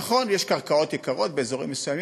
נכון, יש קרקעות יקרות באזורים מסוימים.